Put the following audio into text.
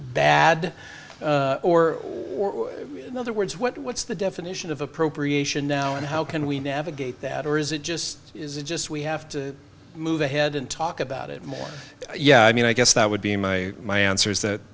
bad or the other words what's the definition of appropriation now and how can we navigate that or is it just is it just we have to move ahead and talk about it more yeah i mean i guess that would be my my answer is that